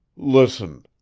listen,